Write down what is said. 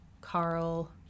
Carl